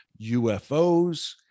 ufos